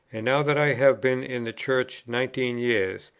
and now that i have been in the church nineteen years,